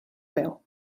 veu